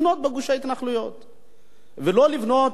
לבנות